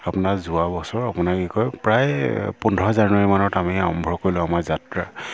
আপোনাৰ যোৱা বছৰ আপোনাক কি কয় প্ৰায় পোন্ধৰ জানুৱাৰী মানত আমি আৰম্ভ কৰিলোঁ আমাৰ যাত্ৰা